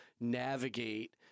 navigate